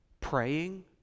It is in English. praying